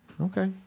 Okay